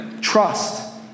Trust